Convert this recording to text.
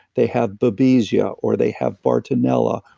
they have babesia, or they have bartonella,